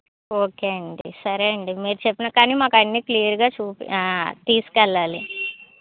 okay అండి సరే అండి మీరు చెప్పినా కానీ మాకు అన్నీ క్లియర్ గా చూపి ఆ తీసుకెళ్లాలి